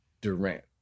Durant